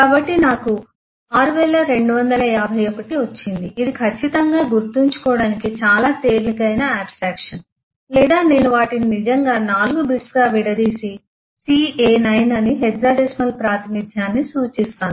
కాబట్టి నాకు 6251 వచ్చింది ఇది ఖచ్చితంగా గుర్తుంచుకోవడానికి చాలా తేలికైన ఆబ్స్ట్రక్షన్ లేదా నేను వాటిని నిజంగా 4 బిట్స్గా విడదీసి CA9 అని హెక్సాడెసిమల్ ప్రాతినిధ్యాన్ని సూచిస్తాను